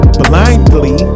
blindly